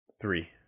Three